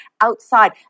outside